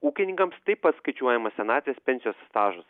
ūkininkams taip pat skaičiuojamas senatvės pensijos stažas